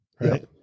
right